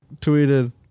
tweeted